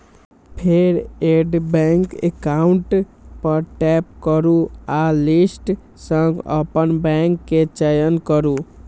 फेर add bank account पर tap करू आ लिस्ट सं अपन बैंक के चयन करू